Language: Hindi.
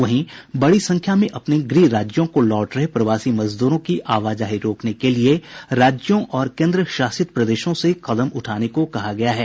वहीं बड़ी संख्या में अपने गृह राज्यों को लौट रहे प्रवासी मजदूरों की आवाजाही रोकने के लिए राज्यों और कोन्द्र शासित प्रदेशों से कदम उठाने को कहा गया है